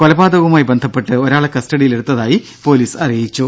കൊലപാതകവുമായി ബന്ധപ്പെട്ട് ഒരാളെ കസ്റ്റഡിയിലെടുത്തതായി പൊലീസ് അറിയിച്ചു